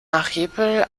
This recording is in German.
archipel